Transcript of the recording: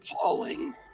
appalling